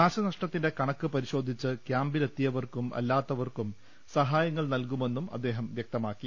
നാശനഷ്ടത്തിന്റെ കണക്ക് പരിശോ ധിച്ച് ക്യാമ്പിലെത്തിയവർക്കും അല്ലാത്തവർക്കും സഹായങ്ങൾ നൽകുമെന്നും അദ്ദേഹം വ്യക്തമാക്കി